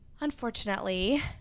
Unfortunately